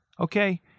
Okay